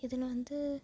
இதில் வந்து